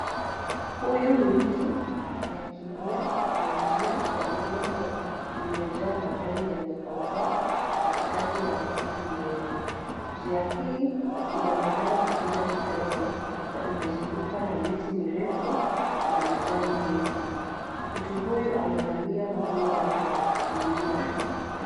Huyu ni mtu anayekimbia kwenye njia ya udongo iliyojaa majani yaliyokauka katikati ya msitu mnene. Njia hii inaonekana kupinda kidogo na imezungukwa na miti mirefu na majani mengi. Mtu huyu amevalia nguo zake za kukimbilia.